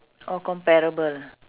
oh comparable